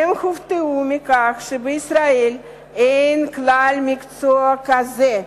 הופתעו מכך שבישראל אין כלל מקצוע כזה,